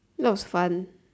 not fun